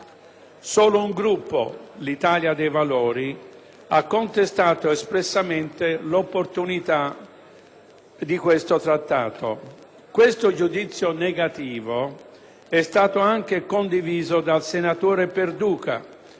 Solo un Gruppo, l'Italia dei Valori, ha contestato espressamente l'opportunità del Trattato. Questo giudizio negativo è stato anche condiviso dal senatore Perduca,